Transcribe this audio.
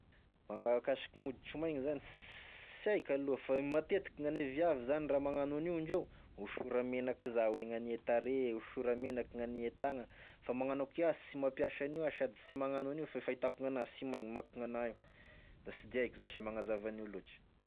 Magna- kasiky gn'oditry maigny zany sy haiko aloha fa matetiky gn'ane viavy zany raha magnano an'io ndreo osora-menaky zà oe gn'ane tarehy osora-menaky gn'ane tagna, fa magnano akô ià sy mampiasa an'io ah sady sy magnano an'io fa e fahitako gn'anah sy maigny mako gn'anah io, da tsy de haiko zasy e magnazava an'io lôtry.